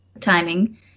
timing